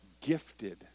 gifted